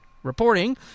reporting